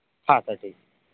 हा सर ठीक आहे